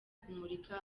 kumurika